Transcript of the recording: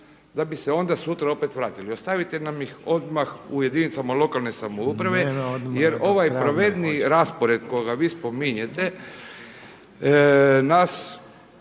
da bi se onda sutra opet vratili? Ostavite nam ih odmah u jedinicama lokalne samouprave jer ovaj pravedniji raspored kojega vi spominjete nas